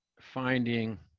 finding